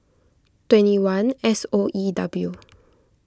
twenty one S O E W